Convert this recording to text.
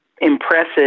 Impressive